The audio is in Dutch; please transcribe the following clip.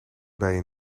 bijen